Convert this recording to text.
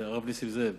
הרב נסים זאב.